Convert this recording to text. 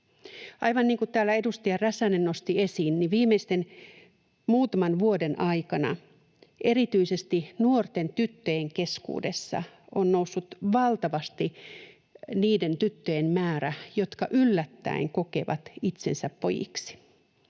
Aivan niin kuin täällä edustaja Räsänen nosti esiin, niin viimeisten muutaman vuoden aikana erityisesti nuorten tyttöjen keskuudessa on noussut valtavasti niiden tyttöjen määrä, jotka yllättäen kokevat itsensä pojiksi